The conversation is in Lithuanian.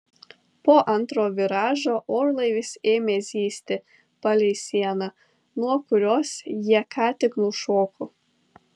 po antro viražo orlaivis ėmė zyzti palei sieną nuo kurios jie ką tik nušoko